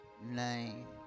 name